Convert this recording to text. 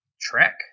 Trek